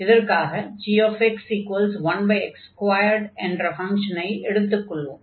இதற்காக gx1x2 என்ற ஃபங்ஷனை எடுத்துக் கொள்வோம்